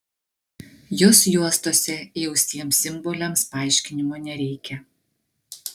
jos juostose įaustiems simboliams paaiškinimo nereikia